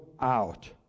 out